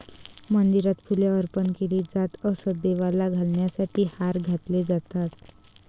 मंदिरात फुले अर्पण केली जात असत, देवाला घालण्यासाठी हार घातले जातात